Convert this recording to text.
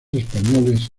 españoles